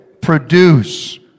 produce